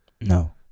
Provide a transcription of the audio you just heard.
No